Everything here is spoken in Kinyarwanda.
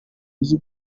uzi